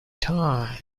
time